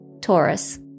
Taurus